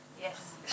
Yes